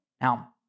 Now